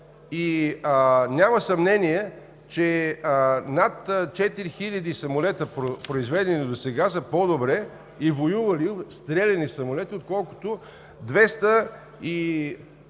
и няма съмнение, че над четири хиляди самолета, произведени досега, са по-добри и воювали – стреляни самолети, отколкото 240 и